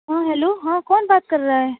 ہاں ہیلو ہاں کون بات کر رہا ہے